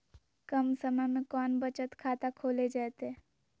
कम समय में कौन बचत खाता खोले जयते?